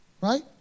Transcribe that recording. right